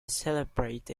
celebrate